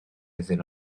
iddyn